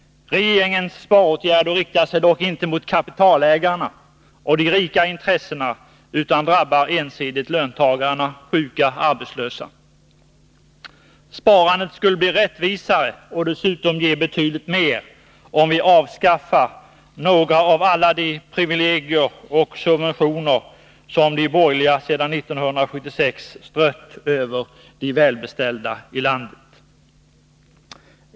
Regeringens sparåtgärder riktar sig dock inte mot kapitalägarna och de rika intressena, utan drabbar ensidigt löntagarna, sjuka och arbetslösa. Sparandet skulle bli rättvisare och dessutom ge betydligt mer, om vi avskaffar några av alla de privilegier och subventioner som de borgerliga sedan 1976 strött över de välbeställda i landet.